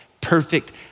perfect